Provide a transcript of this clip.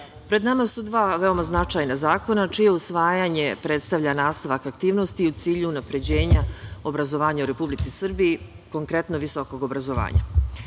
pred nama su dva veoma značajna zakona čije usvajanje predstavlja nastavak aktivnosti u cilju unapređenja obrazovanja u Republici Srbiji, konkretno visokog obrazovanja. Zakonom